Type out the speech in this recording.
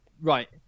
Right